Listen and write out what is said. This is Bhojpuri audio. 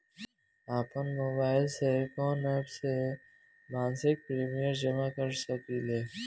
आपनमोबाइल में कवन एप से मासिक प्रिमियम जमा कर सकिले?